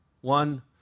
one